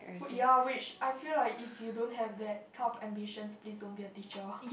wh~ ya which I feel like if you don't have that kind of ambitions please don't be a teacher